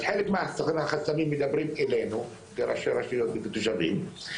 אז חלק מהחסמים מדברים אלינו לראשי רשויות ותושבים,